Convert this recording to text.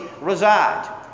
reside